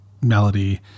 melody